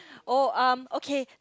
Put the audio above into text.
oh um okay